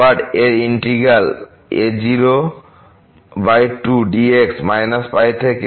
আবার এর একটি ইন্টিগ্র্যাল a02 dx π থেকে x